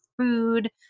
food